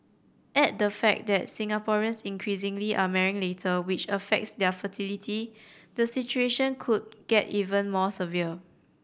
add the fact that Singaporeans increasingly are marrying later which affects their fertility the situation could get even more severe